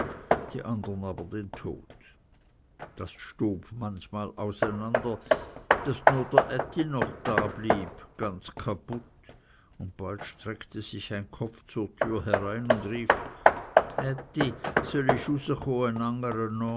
die anderen aber den tod das stob manchmal auseinander daß nur der ätti noch da blieb ganz kaput und bald streckte sich ein kopf zur türe herein und rief